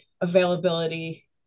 availability